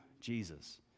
Jesus